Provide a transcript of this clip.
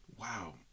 wow